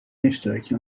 اشتراکی